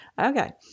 okay